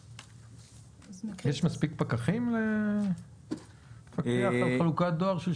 יש מספיק פקחים לפקחו על חלוקת הדואר?